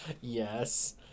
yes